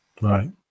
Right